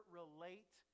relate